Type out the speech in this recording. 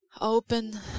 open